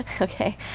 Okay